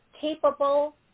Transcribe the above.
capable